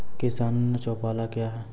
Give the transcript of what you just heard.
किसान चौपाल क्या हैं?